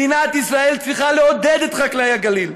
מדינת ישראל צריכה לעודד את חקלאי הגליל.